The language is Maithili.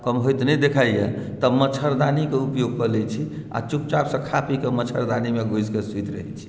कम होइत नहि दिखाई दैया तऽ मच्छड़दानीके उपयोग कऽ लै छी आ चुपचाप सँ खा पीकऽ मच्छड़दानीमे घुसिकऽ सुति रहै छी